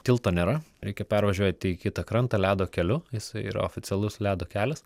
tilto nėra reikia pervažiuoti į kitą krantą ledo keliu jisai yra oficialus ledo kelias